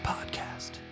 Podcast